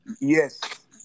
Yes